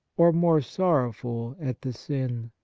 or more sorrowful at the sin.